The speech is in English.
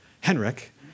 Henrik